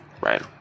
Right